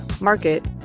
market